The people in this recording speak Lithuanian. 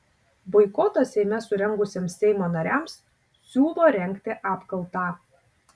boikotą seime surengusiems seimo nariams siūlo rengti apkaltą